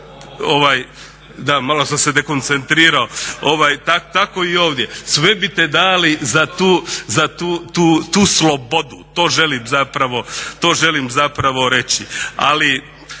Da, malo sam se dekoncentirao, tako i ovdje. Sve bite dali za tu slobodu, to želim zapravo reći. Ali